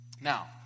Now